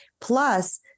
plus